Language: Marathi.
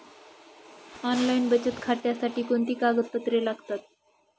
ऑनलाईन बचत खात्यासाठी कोणती कागदपत्रे लागतात?